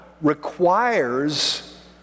requires